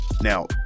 Now